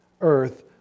earth